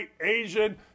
Asian